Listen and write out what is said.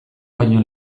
baino